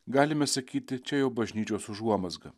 galime sakyti čia jau bažnyčios užuomazga